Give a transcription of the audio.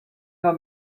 herr